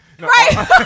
Right